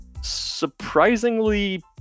surprisingly